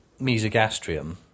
mesogastrium